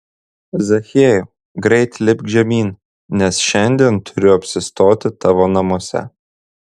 zachiejau greit lipk žemyn nes šiandien turiu apsistoti tavo namuose